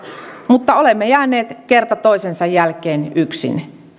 mutta olemme jääneet kerta toisensa jälkeen yksin